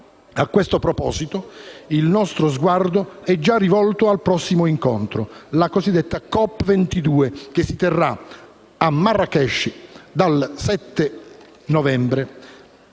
A questo proposito, il nostro sguardo è già rivolto al prossimo incontro, la cosiddetta COP22, che si terrà a Marrakech dal 7 novembre,